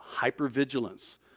hypervigilance